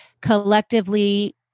collectively